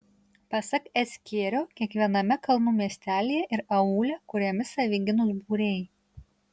pasak s kėrio kiekviename kalnų miestelyje ir aūle kuriami savigynos būriai